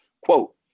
Quote